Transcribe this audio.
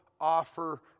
offer